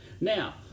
Now